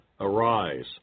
Arise